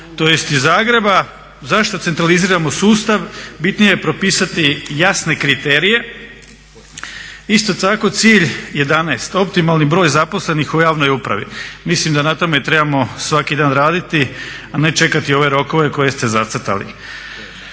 tj. iz Zagreba? Zašto centraliziramo sustav, bitnije je propisati jasne kriterije. Isto tako cilj 11 – optimalni broj zaposlenih u javnoj upravi. Mislim da na tome trebamo svaki dan raditi, a ne čekati ove rokove koje ste zacrtali.